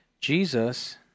Jesus